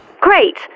Great